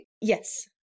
Yes